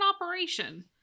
operation